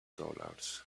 dollars